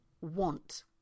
want